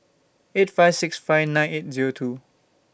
eight five six five nine eight Zero two